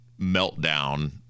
meltdown